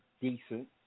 decent